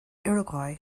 iroquois